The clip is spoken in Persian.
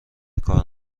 کار